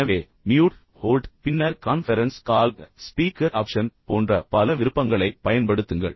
எனவே mute hold பின்னர் conference call speaker option போன்ற பல விருப்பங்களைப் பயன்படுத்துங்கள்